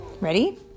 Ready